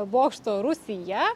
bokšto rūsyje